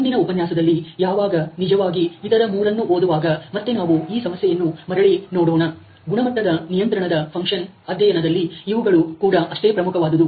ಮುಂದಿನ ಉಪನ್ಯಾಸದಲ್ಲಿ ಯಾವಾಗ ನಿಜವಾಗಿ ಇತರ ಮೂರನ್ನು ಓದುವಾಗ ಮತ್ತೆ ನಾವು ಈ ಸಮಸ್ಯೆಯನ್ನು ಮರಳಿ ನೋಡೋಣ ಗುಣಮಟ್ಟದ ನಿಯಂತ್ರಣದ ಫನ್ಕ್ಷನ್ ಅಧ್ಯಯನದಲ್ಲಿ ಇವುಗಳು ಕೂಡ ಅಷ್ಟೇ ಪ್ರಮುಖವಾದುದು